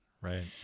Right